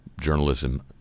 Journalism